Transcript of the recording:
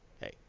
hey